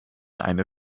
eine